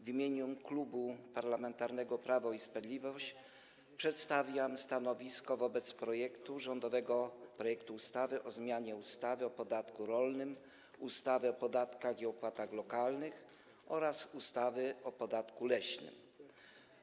W imieniu Klubu Parlamentarnego Prawo i Sprawiedliwość przedstawiam stanowisko wobec rządowego projektu ustawy o zmianie ustawy o podatku rolnym, ustawy o podatkach i opłatach lokalnych oraz ustawy o podatku leśnym.